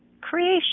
creation